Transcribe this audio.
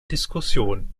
diskussionen